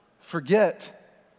forget